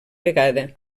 vegada